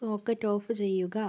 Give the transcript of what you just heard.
socket off ചെയ്യുക